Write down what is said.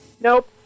Nope